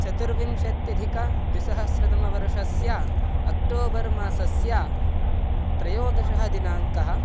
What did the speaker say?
चतुर्विंशत्यधिकद्विसहस्रतमवर्षस्य अक्टोबर् मासस्य त्रयोदशः दिनाङ्कः